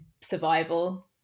survival